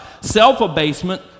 self-abasement